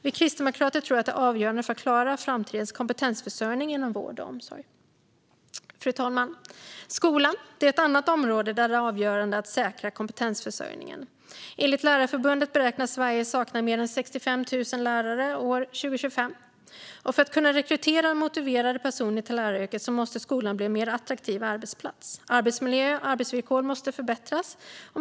Vi kristdemokrater tror att det är avgörande för att klara framtidens kompetensförsörjning inom vård och omsorg. Fru talman! Skolan är ett annat område där det är avgörande att säkra kompetensförsörjningen. Enligt Lärarförbundet beräknas Sverige sakna mer än 65 000 lärare år 2025. För att kunna rekrytera motiverade personer till läraryrket måste skolan bli en mer attraktiv arbetsplats. Arbetsmiljö och arbetsvillkor måste förbättras.